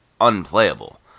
unplayable